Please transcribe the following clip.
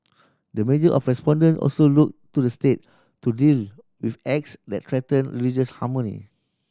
the majority of respondent also looked to the State to deal with acts that threaten religious harmony